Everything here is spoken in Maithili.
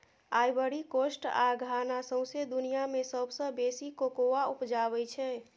आइबरी कोस्ट आ घाना सौंसे दुनियाँ मे सबसँ बेसी कोकोआ उपजाबै छै